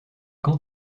quand